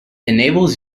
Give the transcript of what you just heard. enables